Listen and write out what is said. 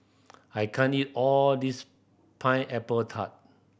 I can't eat all of this Pineapple Tart